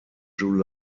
three